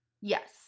Yes